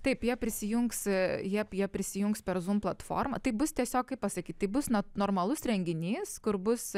taip jie prisijungs jie jie prisijungs per zūm platformą tai bus tiesiog kaip pasakyt tai bus na normalus renginys kur bus